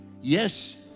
Yes